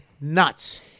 nuts